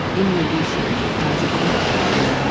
in your research, as a corpse,